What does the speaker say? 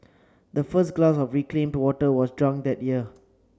the first glass of reclaimed water was drunk that year